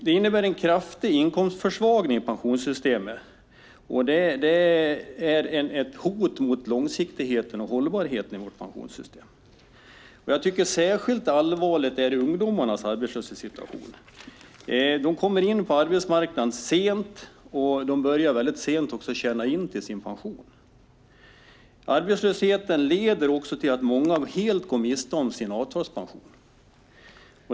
Det innebär en kraftig inkomstförsvagning i pensionssystemet, vilket är ett hot mot långsiktigheten och hållbarheten i pensionssystemet. Särskilt allvarlig är ungdomarnas arbetslöshetssituation. De kommer in på arbetsmarknaden sent och börjar därför sent att tjäna in till sin pension. Arbetslösheten leder också till att många helt går miste om sin avtalspension.